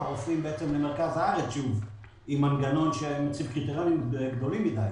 הרופאים למרכז הארץ שוב עם מנגנון שמציב קריטריונים גדולים מדי.